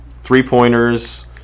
Three-pointers